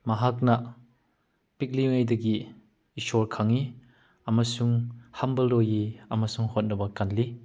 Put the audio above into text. ꯃꯍꯥꯛꯅ ꯄꯤꯛꯂꯤꯉꯩꯗꯒꯤ ꯏꯁꯣꯔ ꯈꯪꯉꯤ ꯑꯃꯁꯨꯡ ꯍꯝꯕꯜ ꯑꯣꯏꯌꯦ ꯑꯃꯁꯨꯡ ꯍꯣꯠꯅꯕ ꯀꯟꯂꯤ